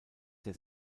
der